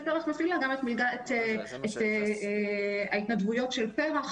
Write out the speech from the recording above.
מנהלת פר"ח מפעילה את ההתנדבויות של פר"ח.